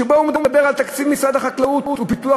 שבו הוא מדבר על תקציב משרד החקלאות ופיתוח